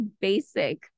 basic